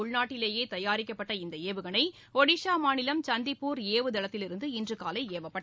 உள்நாட்டிலேய தயாரிக்கப்பட்ட இந்த இஏவுகணை ஓடிசா மாநிலம் சந்திப்பூர் ஏவுதளத்திலிருந்து இன்று காலை ஏவப்பட்டது